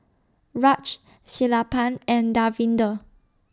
Raj Sellapan and Davinder